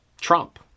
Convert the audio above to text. Trump